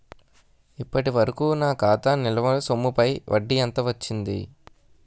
ఇప్పటి వరకూ నా ఖాతా నిల్వ సొమ్ముపై వడ్డీ ఎంత వచ్చింది?